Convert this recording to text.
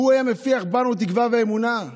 והוא היה מפיח בנו תקווה ואמונה.